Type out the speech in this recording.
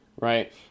right